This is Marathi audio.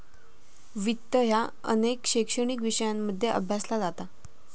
वित्त ह्या अनेक शैक्षणिक विषयांमध्ये अभ्यासला जाता